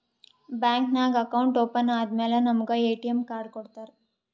bank ನಾಗ್ account open ಆದಮ್ಯಾಲ ನಮುಗ ಎ.ಟಿ.ಎಮ್ ಕಾರ್ಡ್ ಕೊಡ್ತಾರ್